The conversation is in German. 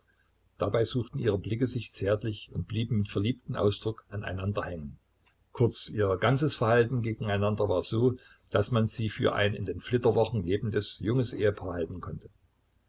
dabei suchten ihre blicke sich zärtlich und blieben mit verliebtem ausdruck an einander hängen kurz ihr ganzes verhalten gegeneinander war so daß man sie für ein in den flitterwochen lebendes junges ehepaar halten konnte